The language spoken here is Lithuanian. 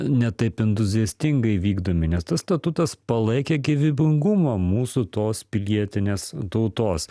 ne taip entuziastingai vykdomi nes tas statutas palaikė gyvybingumą mūsų tos pilietinės tautos